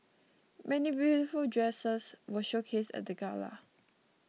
many beautiful dresses were showcased at the gala